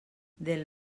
del